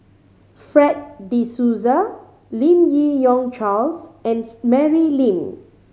Fred De Souza Lim Yi Yong Charles and Mary Lim